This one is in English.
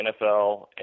NFL